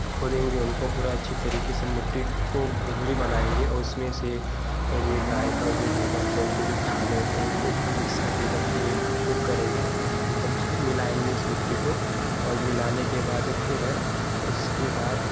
खोदेंगे उनको पूरा अच्छी तरीक़े से मिट्टी को भुरभुरी बनाएँगे और उस में से ये गाय का जो गोबर होता है उनक जो खाद रहती है उनको भी हम मिक्स कर के एक दम से वो करेंगे एक दम से मिलाएँगे उस मिट्टी को और मिलाने के बाद फिर उसके बाद